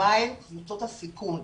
מהן קבוצות הסיכון,